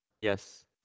Yes